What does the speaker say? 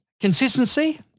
consistency